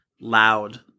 loud